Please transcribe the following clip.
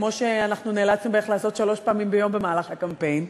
כמו שנאלצנו לעשות בערך שלוש פעמים ביום במהלך הקמפיין,